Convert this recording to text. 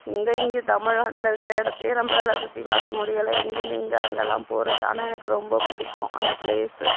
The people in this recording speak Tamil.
எங்க இங்கே தமிழ்நாட்டில் இருக்கிற இடத்தையே நம்மளால சுற்றிப்பார்க்க முடியலை இங்கேருந்து எங்கே அங்கெல்லாம் போறது ஆனால் எனக்கு ரொம்ப பிடிக்கும் அந்த பிளேஸ்